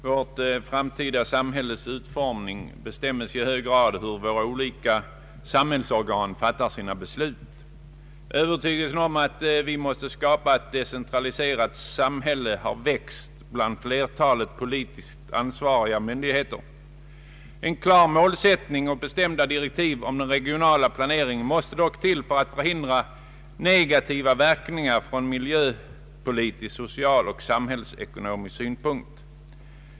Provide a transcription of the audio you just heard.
Herr talman! Vårt framtida samhälles utformning bestäms i hög grad av de beslut som fattas av olika samhällsorgan. Övertygelsen att vi måste skapa ett decentraliserat samhälle har växt bland flertalet politiskt ansvariga instanser. En klar målsättning och bestämda direktiv för den regionala planeringen måste dock till för att förhindra negativa verkningar ur miljö-, social och samhällsekonomisk synpunkt.